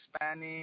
Spanish